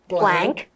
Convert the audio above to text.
blank